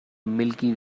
milky